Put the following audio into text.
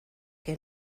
que